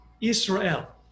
Israel